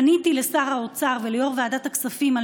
פניתי לשר האוצר וליושב-ראש ועדת הכספים על